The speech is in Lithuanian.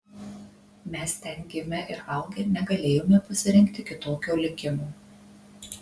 mes ten gimę ir augę negalėjome pasirinkti kitokio likimo